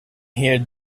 here